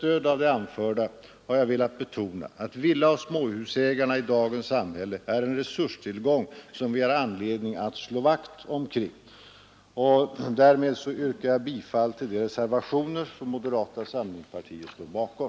Med det anförda har jag velat betona att villaoch småhusägarna i dagens samhälle är en resurstillgång, som vi har all anledning att slå vakt omkring, och jag yrkar därför bifall till de reservationer som moderata samlingspartiet står bakom.